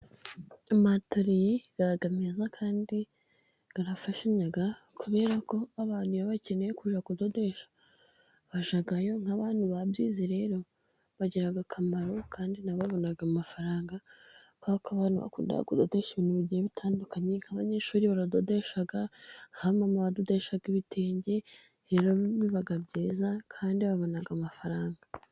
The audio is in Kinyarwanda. Ama atoriye aba meza kandi arafasha, kubera ko abantu baba bakeneye kujya kudodesha bajyayo, nk'abantu babyize rero bagira akamaro, kandi nabo babona amafaranga, kubera ko abantu bakunda kudodesha ibintu bigiye bitandukanye, nk'abanyeshuri baradodesha, nk'aba mama badodesha ibitenge, rero biba byiza kandi babona amafaranga.